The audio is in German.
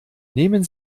nehmen